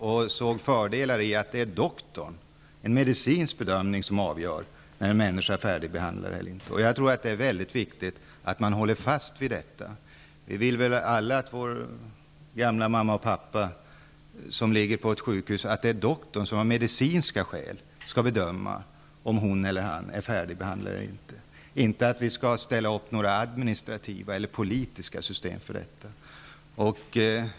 Vi såg fördelar med att det i stället var doktorn som avgjorde, som gjorde en medicinsk bedömning av när en patient var färdigbehandlad. Det är viktigt att man håller fast vid det. Vi vill väl alla att det är doktorn som på medicinska grunder skall bedöma när vår gamla mamma eller pappa, som ligger på sjukhus, är färdigbehandlad. Vi vill inte ställa upp några administrativa eller politiska system för det.